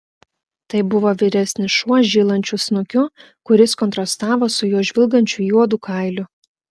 tai buvo vyresnis šuo žylančiu snukiu kuris kontrastavo su jo žvilgančiu juodu kailiu